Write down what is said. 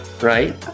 right